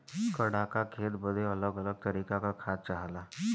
बड़्का खेत बदे अलग अलग तरीके का खाद चाहला